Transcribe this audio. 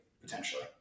potentially